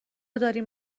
داریم